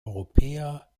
europäer